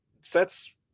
sets